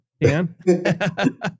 Dan